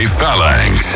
Phalanx